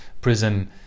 prison